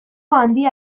handia